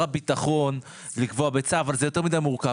הביטחון לקבוע בצו אבל זה יותר מדי מורכב.